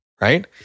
right